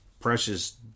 precious